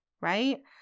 right